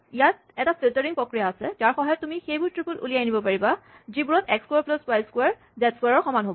ইয়াত এটা ফিল্টাৰিং প্ৰক্ৰিয়া আছে যাৰ সহায়ত তুমি সেইবোৰ ট্ৰিপল উলিয়াই আনিব পাৰিবা যিবোৰত এক্স ক্সোৱাৰ প্লাছ ৱাই ক্সোৱাৰ জেড ক্সোৱাৰ ৰ সমান হ'ব